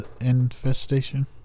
infestation